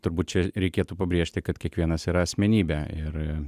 turbūt čia reikėtų pabrėžti kad kiekvienas yra asmenybė ir